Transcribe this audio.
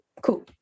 cool